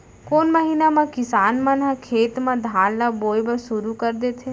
कोन महीना मा किसान मन ह खेत म धान ला बोये बर शुरू कर देथे?